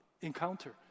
encounter